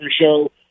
show